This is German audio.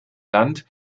land